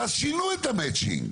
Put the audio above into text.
אז שינו את המצ'ינג,